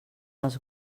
els